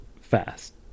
Fast